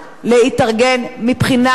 להתארגן מבחינה זו,